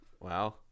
Wow